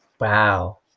Wow